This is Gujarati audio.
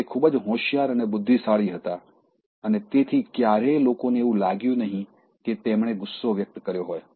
તે ખૂબ જ હોશિયાર અને બુદ્ધિશાળી હતા અને તેથી ક્યારેય લોકોને એવું લાગ્યું નહીં કે તેમણે ગુસ્સો વ્યક્ત કર્યો હોય